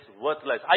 worthless